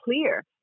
clear